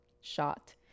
shot